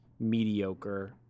mediocre